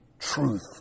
truth